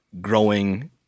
growing